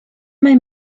mae